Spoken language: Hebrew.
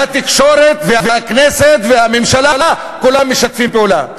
והתקשורת והכנסת והממשלה, כולם משתפים פעולה.